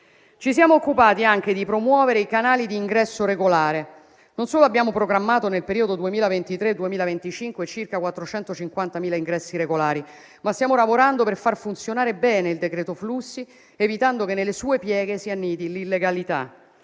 Ci siamo occupati anche di promuovere i canali di ingresso regolare. Non solo abbiamo programmato nel periodo 2023-2025 circa 450.000 ingressi irregolari, ma stiamo lavorando per far funzionare bene il decreto flussi, evitando che nelle sue pieghe si annidi l'illegalità.